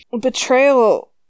betrayal